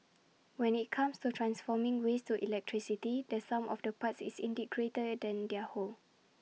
when IT comes to transforming waste to electricity the sum of the parts is indeed greater than their whole